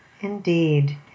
Indeed